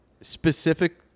specific